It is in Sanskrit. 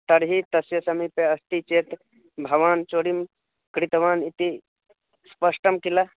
तर्हि तस्य समीपे अस्ति चेत् भवान् चौर्यं कृतवान् इति स्पष्टं खिल